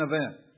event